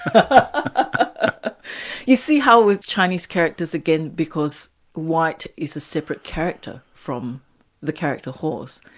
ah you see how with chinese characters again, because white is a separate character from the character horse,